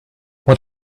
what